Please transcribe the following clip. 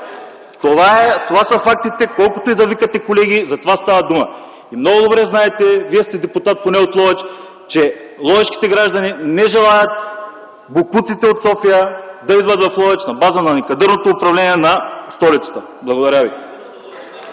Такива са фактите. Колкото и да викате, колеги, за това става дума. Много добре знаете, Вие сте депутат от Ловеч, че ловешките граждани не желаят боклуците от София да идват в Ловеч на база на некадърното управление на столицата. Благодаря ви.